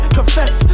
confess